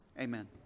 Amen